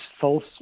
false